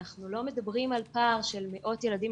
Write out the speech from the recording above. אנחנו לא מדברים על פער של מאות ילדים,